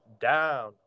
down